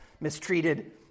Mistreated